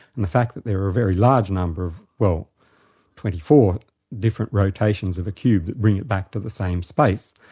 and the fact that there are a very large number of, well twenty four different rotations of a cube that bring it back to the same space,